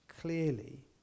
clearly